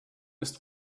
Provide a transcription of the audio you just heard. ist